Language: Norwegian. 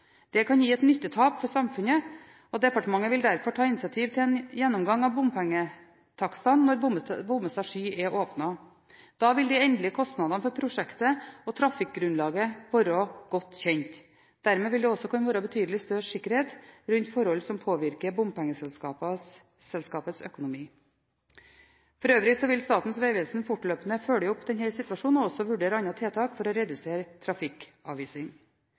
Det kan gi et nyttetap for samfunnet, og departementet vil derfor ta initiativ til en gjennomgang av bompengetakstene når Bommestad–Sky er åpnet. Da vil de endelige kostnadene for prosjektet og trafikkgrunnlaget være godt kjent. Dermed vil det også kunne være betydelig større sikkerhet rundt forhold som påvirker bompengeselskapets økonomi. For øvrig vil Statens vegvesen fortløpende følge opp denne situasjonen og også vurdere andre tiltak for å redusere